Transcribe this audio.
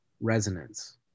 resonance